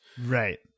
Right